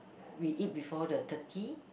we eat before the turkey